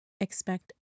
expect